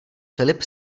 filip